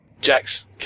Jacks